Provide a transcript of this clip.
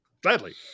Gladly